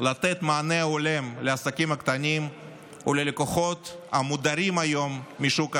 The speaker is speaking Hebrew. לתת מענה הולם לעסקים הקטנים וללקוחות המודרים היום משוק האשראי,